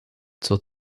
zur